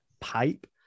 pipe